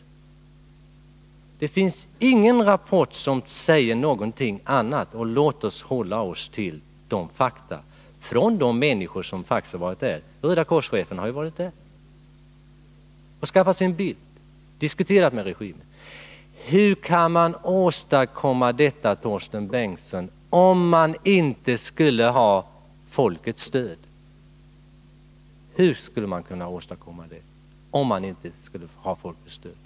Det finns ingen rapport som säger någonting annat. Och låt oss hålla oss till de fakta som redovisats av de människor som faktiskt har varit i landet. Röda kors-chefen har varit i Kampuchea, skaffat sig en bild av läget i landet och diskuterat med regimen. 133 Hur skulle, Torsten Bengtson, regimen kunna få landet på fötter, om den inte skulle ha folkets stöd?